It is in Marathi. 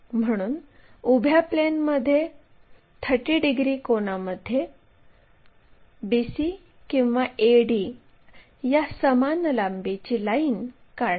म्हणून उभ्या प्लेनमध्ये 30 डिग्री कोनामध्ये BC किंवा AD या समान लांबीची लाईन काढा